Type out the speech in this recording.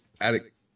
Addict